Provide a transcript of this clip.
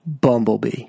Bumblebee